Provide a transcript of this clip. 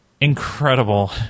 incredible